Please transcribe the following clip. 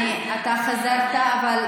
אתה חזרת בך,